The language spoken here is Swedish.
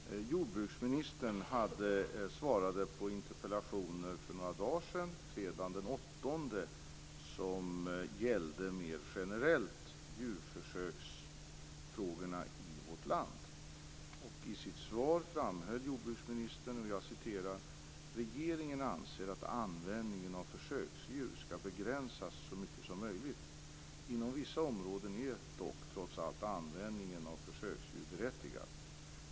Herr talman! Jordbruksministern svarade fredagen den 8 maj på interpellationer som gällde djurförsöksfrågorna mera generellt i vårt land. I sitt svar framhöll jordbruksministern: "Regeringen anser att användningen av försöksdjur skall begränsas så mycket som möjligt. Inom vissa områden är dock trots allt användning av försöksdjur berättigad.